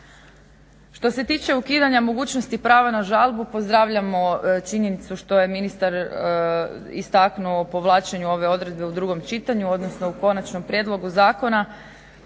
Što se tiče ukidanja mogućnosti prava na žalbu pozdravljamo činjenicu što je ministar istaknuo o povlačenju ove odredbe u drugom čitanju, odnosno u konačnom prijedlogu zakona.